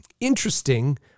interesting